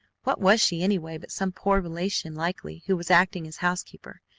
what was she anyway but some poor relation likely who was acting as housekeeper?